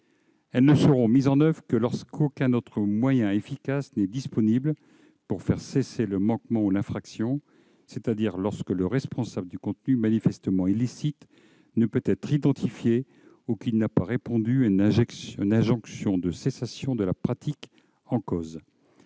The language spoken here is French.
Elles ne seront mises en oeuvre que lorsqu'aucun autre moyen efficace n'est disponible pour faire cesser le manquement ou l'infraction, c'est-à-dire lorsque le responsable du contenu manifestement illicite ne peut être identifié ou qu'il n'a pas répondu à une injonction de cessation de la pratique en cause.